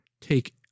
take